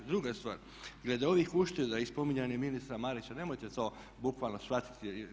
Druga stvar, glede ovih ušteda i spominjanja ministra Marića nemojte to bukvalno shvatiti.